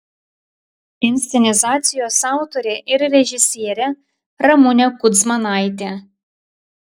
inscenizacijos autorė ir režisierė ramunė kudzmanaitė